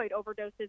overdoses